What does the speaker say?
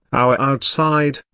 our outside,